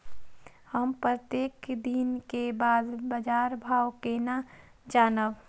हम प्रत्येक दिन के बाद बाजार भाव केना जानब?